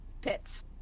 pits